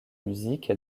musique